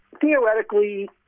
Theoretically